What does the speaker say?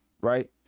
right